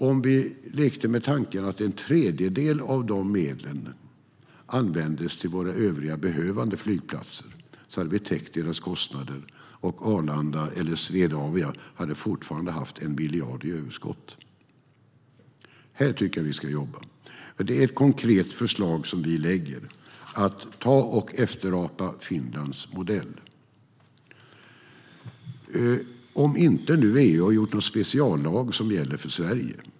Om vi leker med tanken att en tredjedel av dessa medel användes till våra övriga behövande flygplatser hade vi täckt deras kostnader, och Arlanda, eller Swedavia, hade fortfarande haft 1 miljard i överskott. Detta tycker jag att vi ska jobba med. Det är ett konkret förslag som vi lägger fram att efterapa Finlands modell, om EU inte har infört någon speciallag som gäller för Sverige.